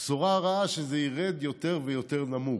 הבשורה הרעה, שזה ירד יותר ויותר נמוך.